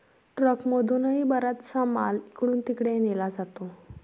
ट्रकमधूनही बराचसा माल इकडून तिकडे नेला जातो